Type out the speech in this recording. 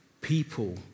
people